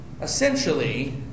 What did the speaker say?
Essentially